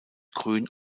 grün